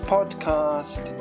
Podcast